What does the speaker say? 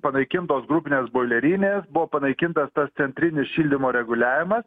panaikintos grupinės boilerinės buvo panaikintas tas centrinis šildymo reguliavimas